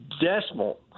decimal